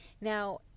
Now